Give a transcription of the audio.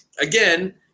Again